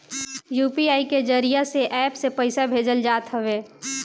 UPI के जरिया से एप्प से पईसा भेजल जात हवे